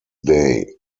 day